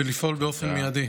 ולפעול באופן מיידי.